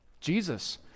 Jesus